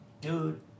Dude